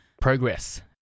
progress